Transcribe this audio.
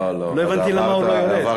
לא, לא, לא הבנתי למה הוא לא יורד.